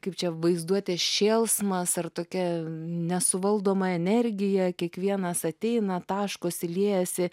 kaip čia vaizduotės šėlsmas ar tokia nesuvaldoma energija kiekvienas ateina taškosi liejasi